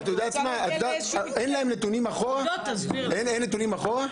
אין נתונים אחורה?